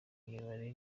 mibare